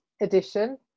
edition